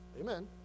Amen